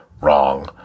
wrong